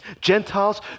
Gentiles